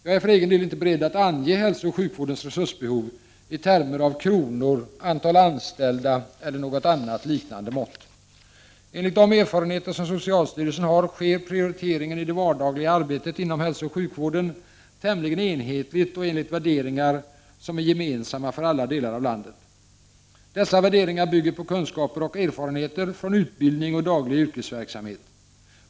Jag är för egen del inte beredd att ange hälsooch sjukvårdens resursbehov i termer av kronor, antal anställda eller något annat liknande mått. Enligt de erfarenheter som socialstyrelsen har sker prioriteringen i det vardagliga arbetet inom hälsooch sjukvården tämligen enhetligt och enligt värderingar som är gemensamma för alla delar av landet. Dessa värderingar bygger på kunskaper och erfarenhet från utbildning och daglig yrkesverksamhet.